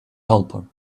helper